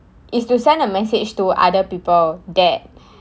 is to send a message to other people that